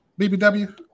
BBW